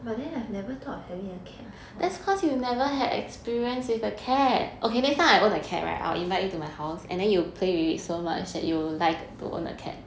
but then I've never thought of having a cat before